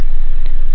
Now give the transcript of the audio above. तर मी हे 1